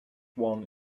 one